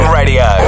radio